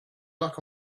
luck